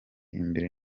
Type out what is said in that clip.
imbere